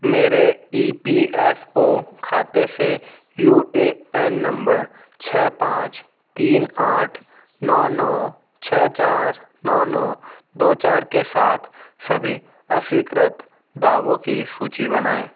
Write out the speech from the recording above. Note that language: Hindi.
मेरे ई पी एफ़ ओ खाते से यू ए एन नंबर छः पाँच तीन आठ नौ नौ छः चार नौ नौ दो चार के साथ सभी अस्वीकृत दावों की सूची बनाएँ